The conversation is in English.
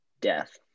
death